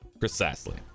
Precisely